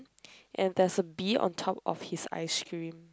and there's a bee on top of his ice cream